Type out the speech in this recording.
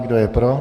Kdo je pro?